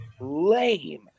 lame